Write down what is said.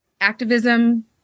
activism